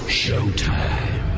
showtime